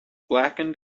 blackened